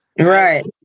Right